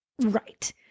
Right